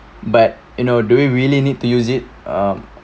but in uh do we really need to use it um